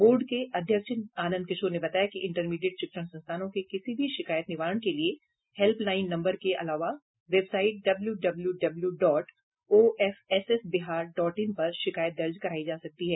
board के अध्यक्ष आनंद किशोर ने बताया कि इंटरमीडिएट शिक्षण संस्थानों के किसी भी शिकायत निवारण के लिए हेल्पलाइन नंबर के अलावा website W W W W dot OFSS Bihar dot in पर शिकायत दर्ज करायी जा सकती है